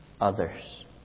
others